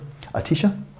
Atisha